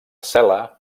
cel·la